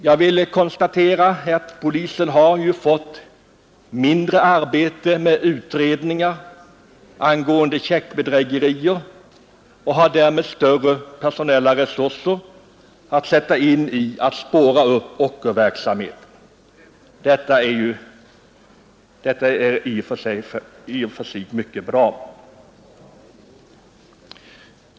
Jag vill konstatera att polisen har fått mindre arbete med utredningar angående checkbedrägerier och därmed har större personella resurser att sätta in på att spåra upp ockerverksamhet. Detta är i och för sig mycket bra.